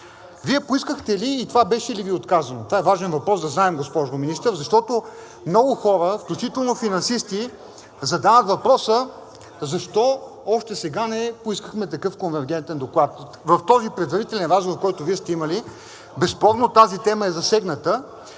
Вие поискахте ли и това беше ли Ви отказано? Това е важен въпрос, да знаем, госпожо Министър, защото много хора, включително финансисти, задават въпроса защо още сега не поискахме такъв конвергентен доклад. В този предварителен разговор, който Вие сте имали, безспорно тази тема е засегната.